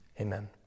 Amen